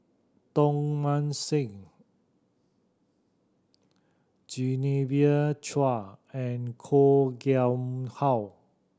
Tong Mah Seng Genevieve Chua and Koh Nguang How